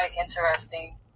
interesting